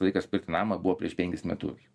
laikas pirkti namą buvo prieš penkis metus